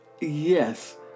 yes